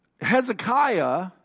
Hezekiah